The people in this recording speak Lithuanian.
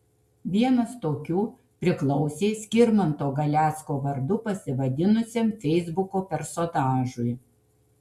vienas tokių priklausė skirmanto galecko vardu pasivadinusiam feisbuko personažui